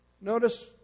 Notice